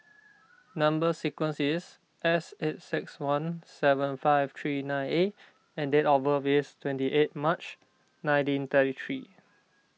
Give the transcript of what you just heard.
Number Sequence is S eight six one seven five three nine A and date of birth is twenty eight March nineteen thirty three